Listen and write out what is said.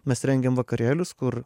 mes rengiam vakarėlius kur